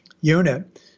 unit